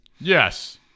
Yes